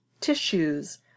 tissues